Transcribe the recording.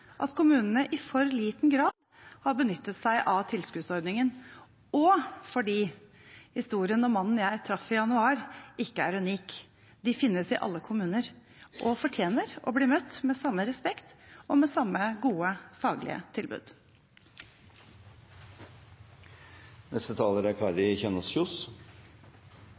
at kommunene i for liten grad har benyttet seg av tilskuddsordningen, og fordi historien om mannen jeg traff i januar, ikke er unik. Disse menneskene finnes i alle kommuner og fortjener å bli møtt med samme respekt og med samme gode faglige tilbud. Jeg er